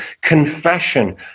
confession